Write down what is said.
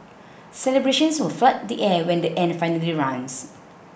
celebrations will flood the air when the end finally runs